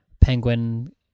penguin